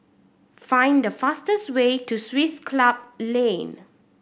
find the fastest way to Swiss Club Lane